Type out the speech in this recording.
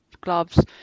gloves